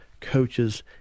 coaches